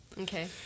Okay